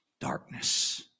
darkness